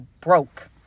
broke